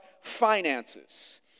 finances